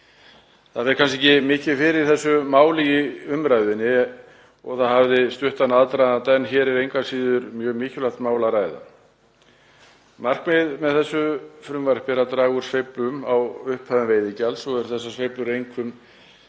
Það fer kannski ekki mikið fyrir þessu máli í umræðunni og það hafði stuttan aðdraganda en hér er engu að síður um mjög mikilvægt mál að ræða. Markmiðið með þessu frumvarpi er að draga úr sveiflum á upphæðum veiðigjalds og eru þessar sveiflur einkum